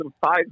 five